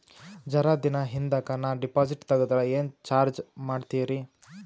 ಜರ ದಿನ ಹಿಂದಕ ನಾ ಡಿಪಾಜಿಟ್ ತಗದ್ರ ಏನ ಚಾರ್ಜ ಮಾಡ್ತೀರಿ?